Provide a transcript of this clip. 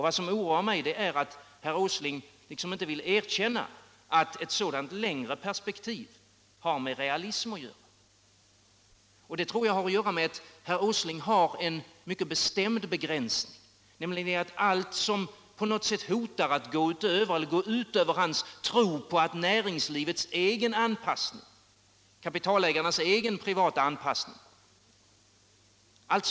Vad som oroar mig är att herr Åsling inte vill erkänna att ett sådant längre perspektiv har med realism att göra. Det tror jag hänger ihop med att herr Åsling har en mycket bestämd begränsning, nämligen den — Nr 48 att allt Som på något sätt HOtar att gå ut över Hans tro på näringslivets Torsdagen den och kapitalägarnas egen privata anpassning är farligt.